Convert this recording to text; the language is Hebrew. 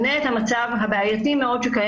אני רוצה לומר למשטרה: אני קורא לכם לפרוטוקול,